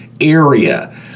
area